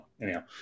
anyhow